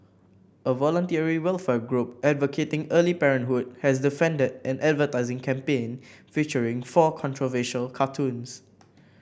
a voluntary welfare group advocating early parenthood has defended an advertising campaign featuring four controversial cartoons